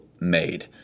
made